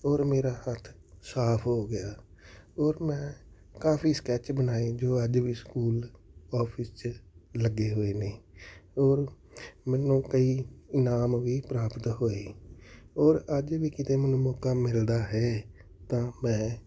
ਔਰ ਮੇਰਾ ਹੱਥ ਸਾਫ਼ ਹੋ ਗਿਆ ਔਰ ਮੈਂ ਕਾਫੀ ਸਕੈਚ ਬਣਾਏ ਜੋ ਅੱਜ ਵੀ ਸਕੂਲ ਆਫਿਸ 'ਚ ਲੱਗੇ ਹੋਏ ਨੇ ਔਰ ਮੈਨੂੰ ਕਈ ਇਨਾਮ ਵੀ ਪ੍ਰਾਪਤ ਹੋਏ ਔਰ ਅੱਜ ਵੀ ਕਿਤੇ ਮੈਨੂੰ ਮੌਕਾ ਮਿਲਦਾ ਹੈ ਤਾਂ ਮੈਂ